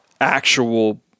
actual